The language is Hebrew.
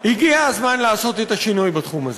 הגיע הזמן לעשות את השינוי בתחום הזה.